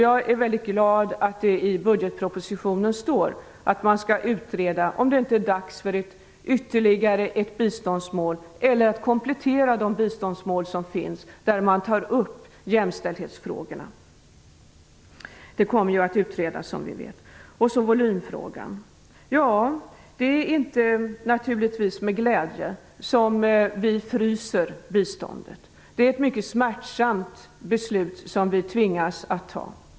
Jag är mycket glad över att det står i budgetpropositionen att man skall utreda om det inte är dags för ytterligare ett biståndsmål eller för att komplettera de biståndsmål där man tar upp jämställdhetsfrågorna. Detta kommer att utredas, som vi vet. Låt mig sedan ta upp volymfrågan. Det är naturligtvis inte med glädje som vi fryser biståndet. Det är ett mycket smärtsamt beslut som vi tvingas att fatta.